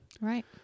Right